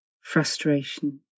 frustration